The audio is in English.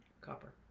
copper